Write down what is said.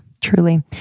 Truly